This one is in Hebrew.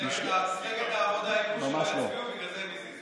מפלגת העבודה איימו שלא יצביעו, בגלל זה הצביעו.